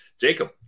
Jacob